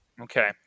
Okay